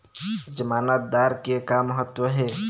जमानतदार के का महत्व हे?